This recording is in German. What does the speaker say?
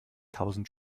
tausend